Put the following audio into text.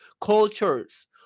cultures